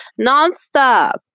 nonstop